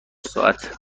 ساعت